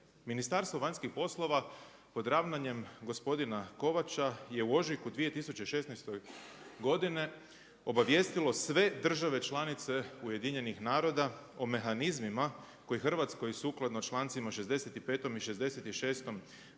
Ministarstvo vanjskih poslova pod ravnanjem gospodina Kovača je u ožujku 2016. godine obavijestilo sve države članice UN-a o mehanizmima koji Hrvatskoj sukladno člancima 65. i 66. Bečke